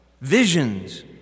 Visions